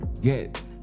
get